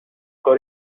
کار